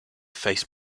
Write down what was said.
face